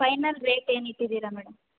final rate ಏನು ಇಟ್ಟಿದ್ದೀರ madam